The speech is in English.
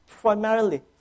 Primarily